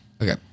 Okay